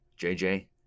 JJ